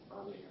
earlier